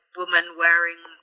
woman-wearing